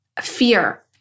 fear